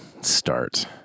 start